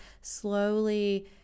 slowly